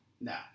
No